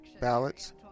ballots